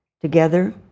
together